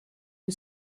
une